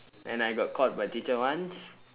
and I got caught by teacher once